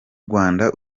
rwanda